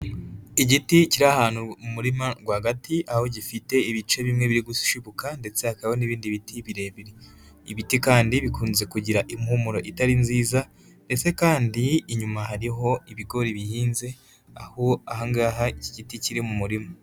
Igiti kiri ahantu mu murima rwagati aho gifite ibice bimwe biri gushibuka ndetse hakabaho n'ibindi biti birebire. Ibi biti kandi bikunze kugira impumuro itari nziza ndetse kandi inyuma hariho ibigori bihinze aho aha ngaha iki giti kiri mu murima.